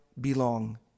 belong